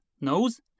nose